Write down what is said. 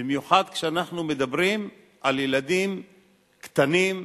במיוחד כשאנחנו מדברים על ילדים קטנים,